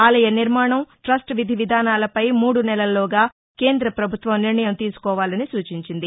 ఆలయ నిర్మాణం ట్రస్ట్ విధివిధానాలపై మూడు నెలల్లోగా కేంద్ర ప్రభుత్వం నిర్ణయం తీసుకోవాలని సూచించింది